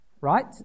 right